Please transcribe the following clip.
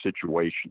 situation